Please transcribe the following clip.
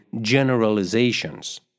generalizations